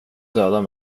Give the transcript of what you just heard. dödade